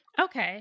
Okay